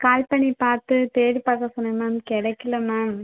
கால் பண்ணிப் பார்த்து தேடி பார்க்க சொன்னேன் மேம் கிடைக்கல மேம்